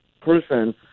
person